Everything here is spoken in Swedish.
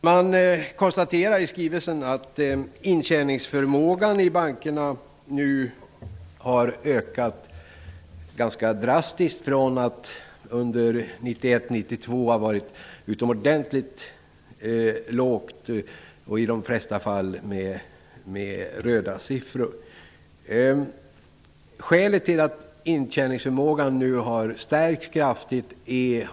Man konstaterar också i skrivelsen att intjäningsförmågan i bankerna nu har ökat ganska drastiskt från att under 1991 och 1992 ha varit mycket låg. I de flesta fall har förmågan angetts med röda siffror. Det finns naturligtvis olika orsaker till att intjäningsförmågan nu har stärkts kraftigt.